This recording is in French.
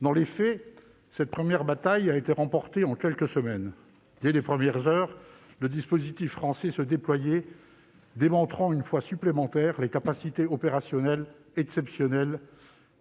Dans les faits, cette première bataille a été remportée en quelques semaines. Dès les premières heures, le dispositif français se déployait, démontrant une fois de plus les exceptionnelles capacités opérationnelles de projection de